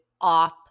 off